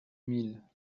mille